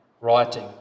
writing